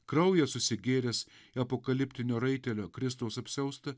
kraujas susigėręs apokaliptinio raitelio kristaus apsiaustą